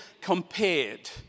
compared